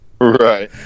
Right